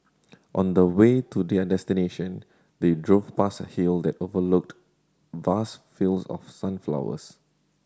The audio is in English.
on the way to their destination they drove past a hill that overlooked vast fields of sunflowers